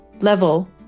level